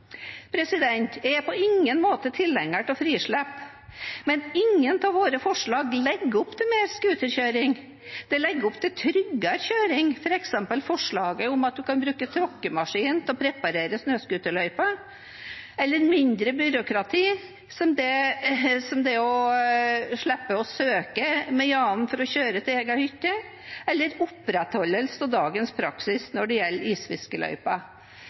Jeg er på ingen måte tilhenger av frislipp, men ingen av våre forslag legger opp til mer scooterkjøring. De legger opp til tryggere kjøring, f.eks. forslaget om at man kan bruke tråkkemaskin som preparerer snøscooterløyper, eller mindre byråkrati, som det å slippe å søke jevnlig om å få kjøre til egen hytte, eller opprettholdelse av dagens praksis når det gjelder